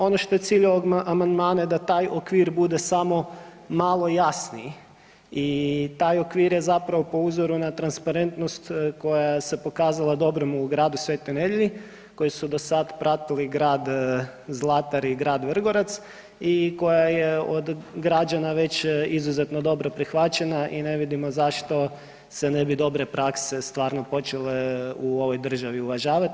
Ono što je cilj ovog amandmana je da taj okvir bude samo malo jasniji i taj okvir je zapravo po uzoru na transparentnost koja se pokazala dobrim u Gradu Svetoj Nedelji koji su do sada pratili Grad Zlatar i Grad Vrgorac i koja je od građana već izuzetno dobro prihvaćena i ne vidimo zašto se ne bi dobre prakse stvarno počele u ovoj državi uvažavati.